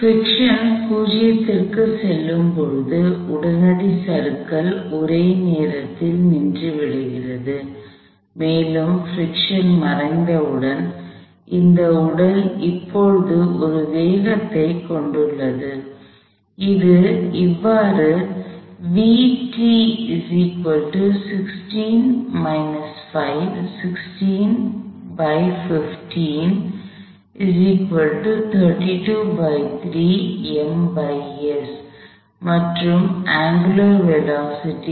friction 0 க்கு செல்லும் போது உடனடி சறுக்கல் ஒரே நேரத்தில் நின்று விடுகிறது மேலும் பிரிக்ஷன் மறைந்தவுடன் இந்த உடல் இப்போது ஒரு வேகத்தைக் கொண்டுள்ளது அது இவ்வாறு மற்றும் அங்குலார் வேலோஸிட்டி